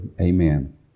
Amen